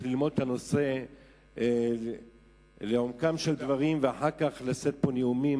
צריך ללמוד את הנושא לעומקם של דברים ואחר כך לשאת פה נאומים,